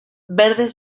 verde